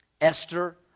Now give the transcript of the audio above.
Esther